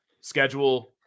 schedule